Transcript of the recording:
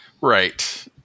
Right